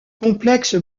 complexe